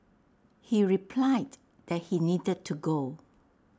he replied that he needed to go